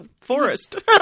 forest